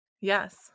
Yes